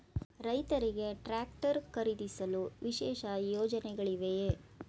ರೈತರಿಗೆ ಟ್ರಾಕ್ಟರ್ ಖರೀದಿಸಲು ವಿಶೇಷ ಯೋಜನೆಗಳಿವೆಯೇ?